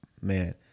man